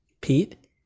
Pete